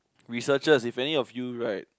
researchers if any of you right